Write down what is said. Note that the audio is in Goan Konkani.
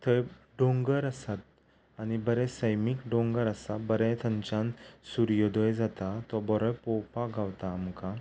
थंय डोंगर आसात आनी बरे सैमीक डोंगर आसा बरे थंयच्यान सुर्योदय जाता तो बरो पळोवपाक गावता आमकां